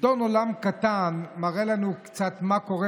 עיתון "עולם קטן" מראה לנו קצת מה קורה